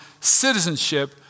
citizenship